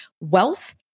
wealth